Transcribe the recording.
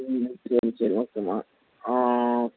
ம் சரி சரி ஓகேம்மா